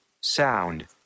Sound